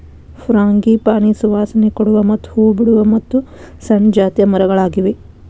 frangipani ಸುವಾಸನೆ ಕೊಡುವ ಮತ್ತ ಹೂ ಬಿಡುವ ಮತ್ತು ಸಣ್ಣ ಜಾತಿಯ ಮರಗಳಾಗಿವೆ